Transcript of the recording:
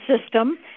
system